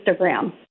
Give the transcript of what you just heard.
Instagram